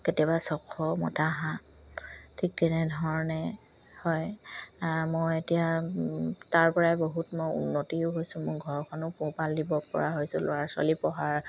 কেতিয়াবা ছশ মতা হাঁহ ঠিক তেনেধৰণে হয় মই এতিয়া তাৰ পৰাই বহুত মই উন্নতিও হৈছোঁ মোৰ ঘৰখনো পোহপাল দিব পৰা হৈছোঁ ল'ৰা ছোৱালী পঢ়াৰ